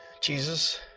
Jesus